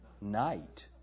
Night